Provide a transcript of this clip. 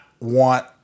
want